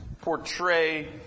portray